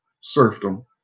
serfdom